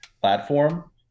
platform